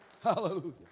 Hallelujah